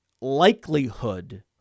likelihood